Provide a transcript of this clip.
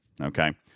Okay